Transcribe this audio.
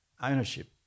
ownership